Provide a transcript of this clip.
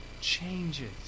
changes